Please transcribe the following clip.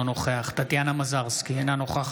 אינו נוכח